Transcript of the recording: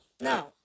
no